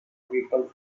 vehicle